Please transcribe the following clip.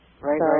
right